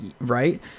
Right